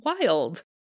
wild